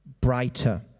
brighter